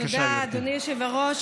תודה, אדוני היושב-ראש.